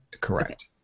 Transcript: correct